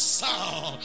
sound